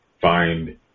find